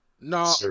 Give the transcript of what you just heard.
No